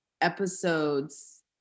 episodes